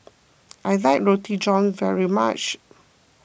I like Roti John very much